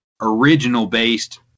original-based